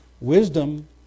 Wisdom